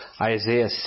Isaiah